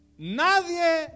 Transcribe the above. Nadie